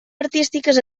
artístiques